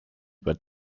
über